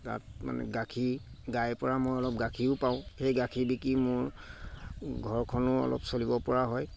তাত মানে গাখীৰ গাইৰ পৰা মই অলপ গাখীৰো পাওঁ সেই গাখীৰ বিকি মোৰ ঘৰখনো অলপ চলিব পৰা হয়